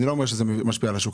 אני לא אומר שזה משפיע על השוק.